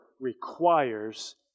requires